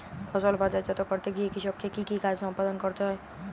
ফসল বাজারজাত করতে গিয়ে কৃষককে কি কি কাজ সম্পাদন করতে হয়?